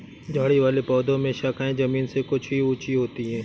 झाड़ी वाले पौधों में शाखाएँ जमीन से कुछ ही ऊँची होती है